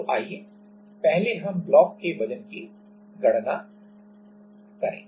तो आइए पहले हम ब्लॉक के वजन की गणना करें